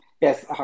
Yes